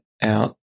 out